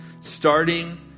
starting